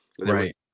Right